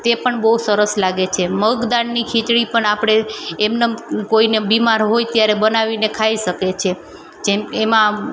તે પણ બહુ સરસ લાગે છે મગ દાળની ખિચડી પણ આપડે એમ નેએમ કોઈને બીમાર હોય ત્યારે બનાવીને ખાઈ શકે છે જેમ એમાં